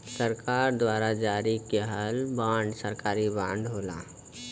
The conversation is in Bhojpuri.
सरकार द्वारा जारी किहल बांड सरकारी बांड होला